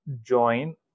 join